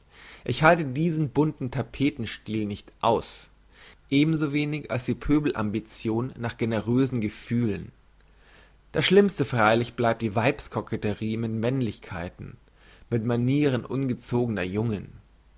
ich halte diesen bunten tapeten stil nicht aus ebensowenig als die pöbel ambition nach generösen gefühlen das schlimmste freilich bleibt die weibskoketterie mit männlichkeiten mit manieren ungezogener jungen